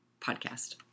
podcast